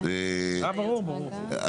(מ/1612) אם